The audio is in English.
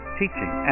teaching